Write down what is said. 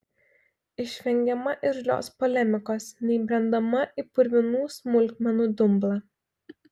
išvengiama irzlios polemikos neįbrendama į purvinų smulkmenų dumblą